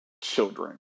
children